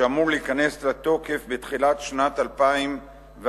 שאמור להיכנס לתוקף בתחילת שנת 2011,